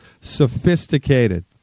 sophisticated